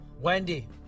Wendy